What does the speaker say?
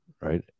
right